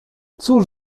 cóż